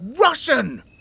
Russian